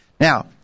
Now